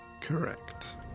Correct